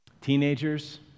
Teenagers